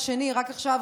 נוכחת.